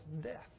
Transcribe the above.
death